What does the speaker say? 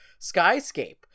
skyscape